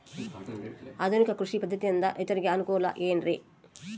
ಆಧುನಿಕ ಕೃಷಿ ಪದ್ಧತಿಯಿಂದ ರೈತರಿಗೆ ಅನುಕೂಲ ಏನ್ರಿ?